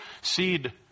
seed